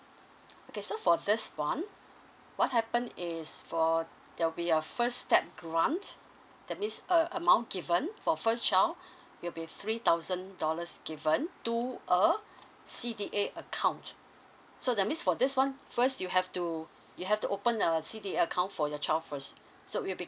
okay so for this one what happen is for there will be a first step grant that means a amount given for first child it'll be three thousand dollars given to a C_D_A account so that means for this one first you have to you have to open a C_D_A account for your child first so it will be